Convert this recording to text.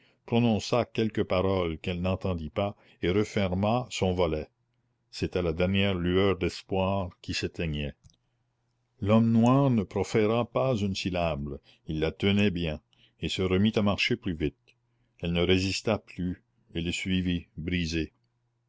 prononça quelques paroles qu'elle n'entendit pas et referma son volet c'était la dernière lueur d'espoir qui s'éteignait l'homme noir ne proféra pas une syllabe il la tenait bien et se remit à marcher plus vite elle ne résista plus et le suivit brisée